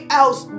else